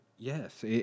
Yes